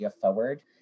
forward